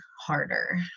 harder